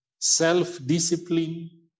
Self-discipline